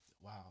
Wow